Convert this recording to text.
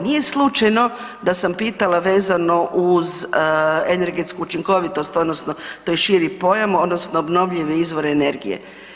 Nije slučajno da sam pitala vezano uz energetsku učinkovitost odnosno to je širi pojam, odnosno obnovljive izvore energije.